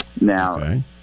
Now